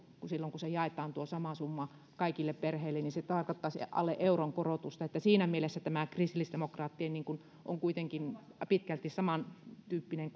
silloin kun jaetaan tuo sama summa kaikille perheille niin se tarkoittaisi alle euron korotusta että siinä mielessä tämä kristillisdemokraattien esitys on kuitenkin pitkälti samantyyppinen